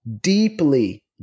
deeply